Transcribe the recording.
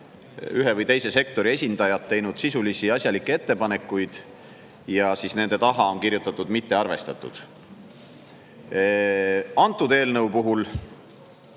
ühe või teise sektori esindajad on teinud sisulisi ja asjalikke ettepanekuid, ja nende taha on kirjutatud: mitte arvestatud. Antud eelnõu puhul